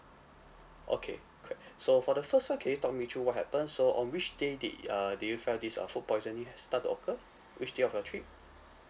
okay correct so for the first one can you talk me through what happen so on which day did uh did you felt this uh food poisoning has start to occur which day of your trip